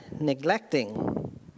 neglecting